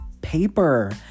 paper